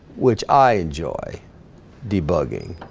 which i enjoy debugging